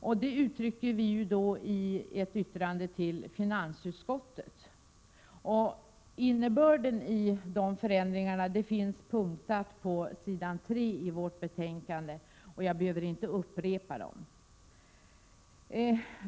Detta uttrycks i ett yttrande till finansutskottet. Innebörden av förändringarna sammanfattas i punktform på s. 3 i betänkandet, och jag behöver inte upprepa dem.